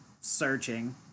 searching